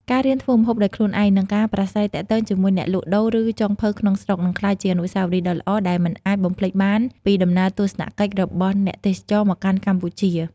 ការរៀនធ្វើម្ហូបដោយខ្លួនឯង និងការប្រាស្រ័យទាក់ទងជាមួយអ្នកលក់ដូរ ឬចុងភៅក្នុងស្រុក នឹងក្លាយជា អនុស្សាវរីយ៍ដ៏ល្អ ដែលមិនអាចបំភ្លេចបានពីដំណើរទស្សនកិច្ចរបស់អ្នកទេសចរមកកាន់កម្ពុជា ។